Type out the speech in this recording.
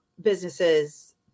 businesses